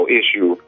issue